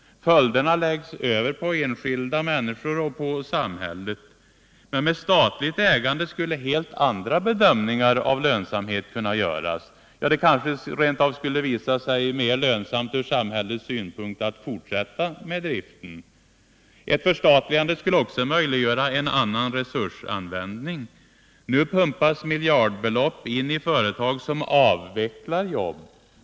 Följderna av utvecklingen läggs över på enskilda människor och samhällen. Med ett statligt ägande däremot skulle helt andra bedömningar av lönsamhet kunna göras. Det kanske rent av skulle visa sig mer lönsamt från samhällets synpunkt att — Nr 121 fortsätta driften. Måndagen den Ett förstatligande skulle också möjliggöra en annan resursanvändning. Nu 17 april 1978 pumpas miljardbelopp in i företag som avvecklar jobb.